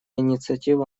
инициатива